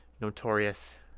notorious